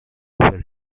where